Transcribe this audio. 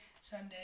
Sunday